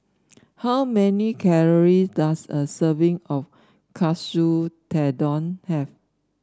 how many calories does a serving of Katsu Tendon have